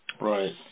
Right